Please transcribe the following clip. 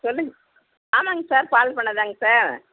சொல்லுங்கள் ஆமாங்க சார் பால் பண்ணை தாங்க சார்